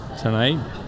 tonight